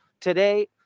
Today